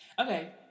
okay